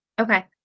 Okay